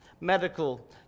medical